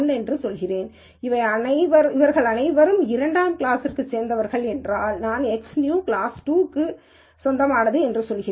என்று சொல்கிறேன் அவர்கள் அனைவரும் 2 ஆம் கிளாஸைச் சேர்ந்தவர்கள் என்றால் நான் எக்ஸ்புதியது கிளாஸ் 2 என்று சொல்கிறேன்